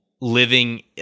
living